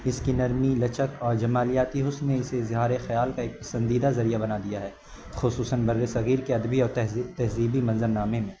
اس کی نرمی لچک اور جمالیاتی حسن نے اسے اظہارے خیال کا ایک پسندیدہ ذریعہ بنا دیا ہے خصوصاً بر صغیر کے ادبی اور تہذیبی تہذیبی منظرنامے میں